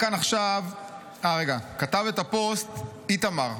כתב את הפוסט איתמר,